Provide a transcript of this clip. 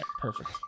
Perfect